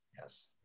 Yes